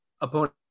opponent